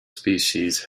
species